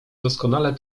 doskonale